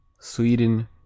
Sweden